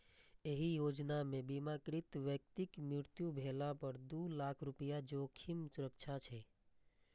एहि योजना मे बीमाकृत व्यक्तिक मृत्यु भेला पर दू लाख रुपैया जोखिम सुरक्षा छै